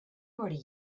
already